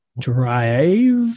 drive